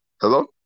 Hello